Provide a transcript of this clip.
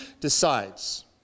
decides